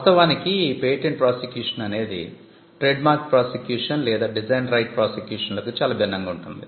వాస్తవానికి ఈ patent prosecution అనేది ట్రేడ్మార్క్ ప్రాసిక్యూషన్ లేదా డిజైన్ రైట్ ప్రాసిక్యూషన్ లకు చాలా భిన్నంగా ఉంటుంది